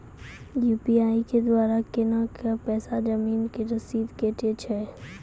UPI के द्वारा केना कऽ पैसा जमीन के रसीद कटैय छै?